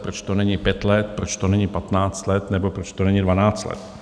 Proč to není pět let, proč to není patnáct let nebo proč to není dvanáct let?